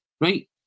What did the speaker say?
right